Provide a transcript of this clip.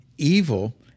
Evil